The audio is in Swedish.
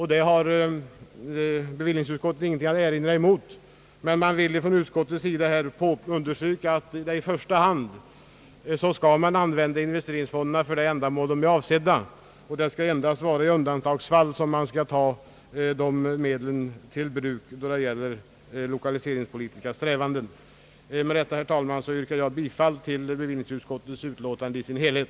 Bevillningsutskottet har ingenting att erinra mot detta, men utskottet vill understryka att investeringsfonderna i första hand skall användas för det ändamål för vilket de är avsedda och att dessa fonder endast i undantagsfall bör få tas i bruk för lokaliseringspolitiska strävanden. Med detta, herr talman, yrkar jag bifall till utskottets hemställan i dess helhet.